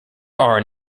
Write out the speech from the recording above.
are